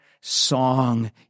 song